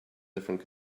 different